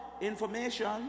Information